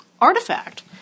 artifact